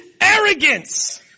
arrogance